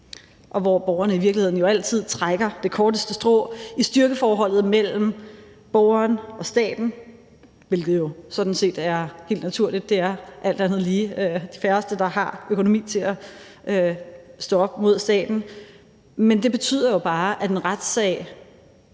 trækker borgerne jo i virkeligheden altid det korteste strå i styrkeforholdet mellem borgeren og staten, hvilket sådan set er helt naturligt. Det er alt andet lige de færreste, der har økonomi til at stå op mod staten, men det betyder jo bare, at en retssag